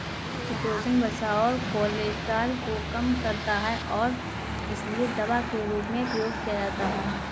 chitosan वसा और cholesterol को कम करता है और इसीलिए दवा के रूप में प्रयोग किया जाता है